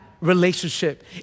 relationship